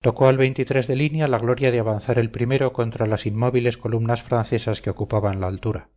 tocó al de línea la gloria de avanzar el primero contra las inmóviles columnas francesas que ocupaban la altura